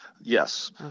Yes